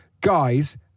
guys